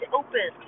open